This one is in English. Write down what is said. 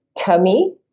tummy